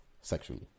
sexually